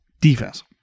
defense